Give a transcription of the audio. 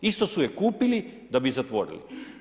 Isto su je kupili da bi je zatvorili.